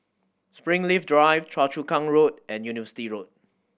Springleaf Drive Choa Chu Kang Road and University Road